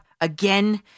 again